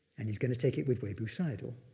and he's gonna take it with webu sayadaw.